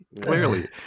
clearly